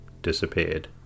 disappeared